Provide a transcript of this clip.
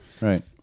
Right